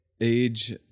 age